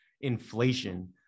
inflation